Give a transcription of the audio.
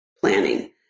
planning